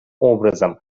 образом